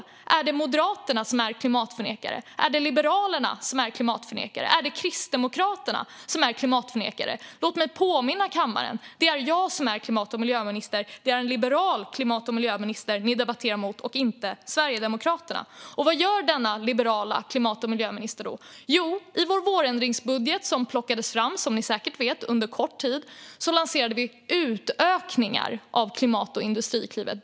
Är det Moderaterna som är klimatförnekare? Är det Liberalerna som är klimatförnekare? Är det Kristdemokraterna som är klimatförnekare? Låt mig påminna kammaren om att det är jag som är klimat och miljöminister. Det är en liberal klimat och miljöminister ni debatterar med - inte Sverigedemokraterna. Vad gör då denna liberala klimat och miljöminister? I vår vårändringsbudget, som plockades fram på kort tid, som ni säkert vet, lanserade vi utökningar av Klimatklivet och Industriklivet.